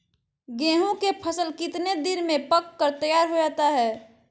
गेंहू के फसल कितने दिन में पक कर तैयार हो जाता है